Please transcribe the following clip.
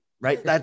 Right